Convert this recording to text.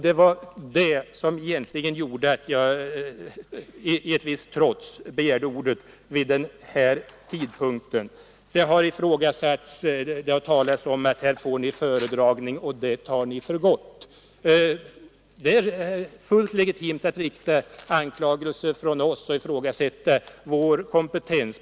Det var det som gjorde att jag i ett visst trots begärde ordet vid den här tidpunkten. Det har sagts att vi fått föredragningar och tagit dessa för gott. Det är fullt legitimt att rikta anklagelser mot oss och att ifrågasätta vår kompetens.